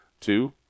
Two